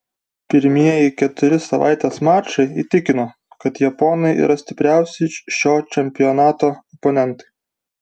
pirmieji keturi savaitės mačai įtikino kad japonai yra stipriausi šio čempionato oponentai